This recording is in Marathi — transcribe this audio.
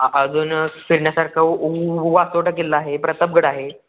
अजून फिरण्यासारखं उ उ उ वासोटा किल्ला आहे प्रतापगड आहे